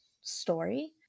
story